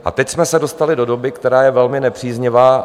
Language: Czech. A teď jsme se dostali do doby, která je velmi nepříznivá.